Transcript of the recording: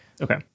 Okay